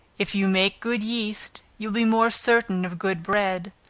if you make good yeast you will be more certain of good bread,